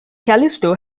callisto